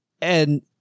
and-